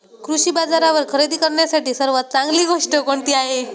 कृषी बाजारावर खरेदी करण्यासाठी सर्वात चांगली गोष्ट कोणती आहे?